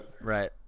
right